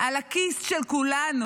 על הכיס של כולנו.